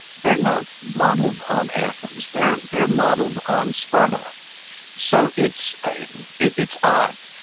they're not modeled on athens, they're they're modeled on sparta so it's it's odd.